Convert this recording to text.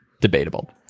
Debatable